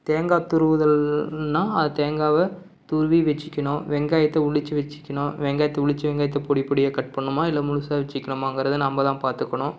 தேங்காய் துருவுதல்னால் அது தேங்காயை துருவி வெச்சுக்கணும் வெங்காயத்தை உறிச்சி வெச்சுக்கணும் வெங்காயத்தை உறிச்சி வெங்காயத்தை பொடி பொடியாக கட் பண்ணணுமா இல்லை முழுசா வெச்சுக்கணுமாங்கறத நம்ம தான் பார்த்துக்கணும்